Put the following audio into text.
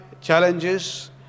challenges